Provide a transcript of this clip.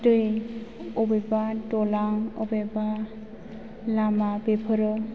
दै बबेबा दालां बबेबा लामा बेफोरो